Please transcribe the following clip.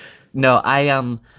no, i am.